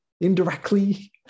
indirectly